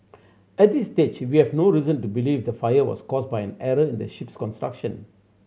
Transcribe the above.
at this stage we have no reason to believe the fire was caused by an error in the ship's construction